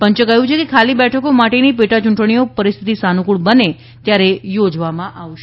પંચે કહ્યું છે કે ખાલી બેઠકો માટેની પેટા ચૂંટણીઓ પરિસ્થિતિ સાનુકૂળ બને ત્યારે યોજવામાં આવશે